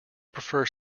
prefer